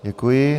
Děkuji.